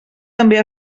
també